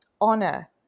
honor